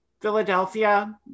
Philadelphia